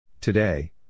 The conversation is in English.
Today